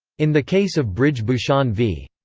in the case of brij bhushan v.